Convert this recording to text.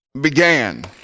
began